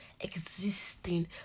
existing